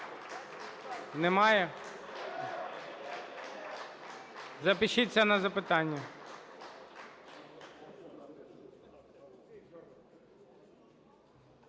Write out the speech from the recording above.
Немає? Запишіться на запитання